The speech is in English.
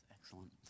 Excellent